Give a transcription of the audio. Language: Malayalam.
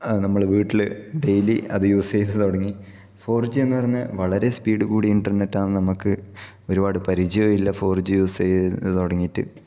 ആ നമ്മള് വീട്ടില് ഡെയിലി അത് യൂസ് ചെയ്ത് തുടങ്ങി ഫോർ ജി എന്ന് പറയുന്ന വളരെ സ്പീഡ് കൂടിയ ഇന്റർനെറ്റാണ് നമുക്ക് ഒരുപാട് പരിചയവും ഇല്ല ഫോർ ജി യൂസ് ചെയ്ത് തുടങ്ങിയിട്ട്